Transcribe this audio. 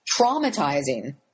traumatizing